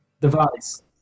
device